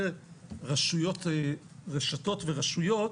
רשתות ורשויות,